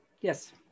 Yes